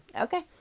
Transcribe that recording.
okay